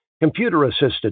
computer-assisted